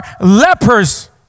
lepers